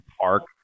park